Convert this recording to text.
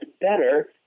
better